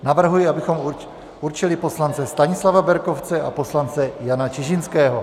Navrhuji, abychom určili poslance Stanislava Berkovce a poslance Jana Čižinského.